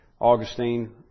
Augustine